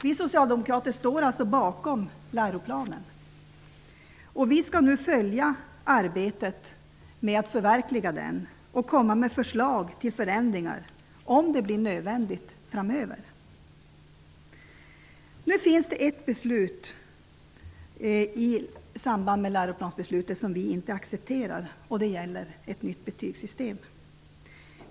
Vi socialdemokrater står alltså bakom läroplanen, och vi skall nu följa arbetet med att förverkliga den och komma med förslag till förändringar, om det blir nödvändigt framöver. Nu finns det ett beslut i samband med läroplansbeslutet som vi inte accepterar, och det gäller ett nytt betygssystem.